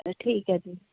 ਠੀਕ ਹੈ ਜੀ